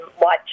watch